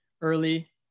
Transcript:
early